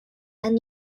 and